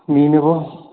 নিয়ে নেবো